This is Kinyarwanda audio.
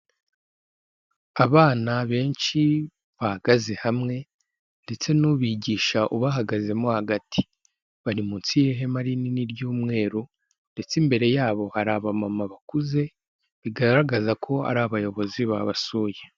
Abana benshi bahagaze hamwe ndetse n'ubigisha ubahagazemo hagati bari munsi y'ihema rinini ry'umweru ndetse imbere yabo hari abamama bakuze bigaragaza ko ari abayobozi babasuye.